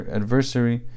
adversary